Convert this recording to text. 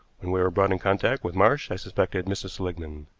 when we were brought in contact with marsh i suspected mrs. seligmann.